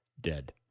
dead